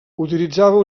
utilitzava